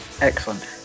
Excellent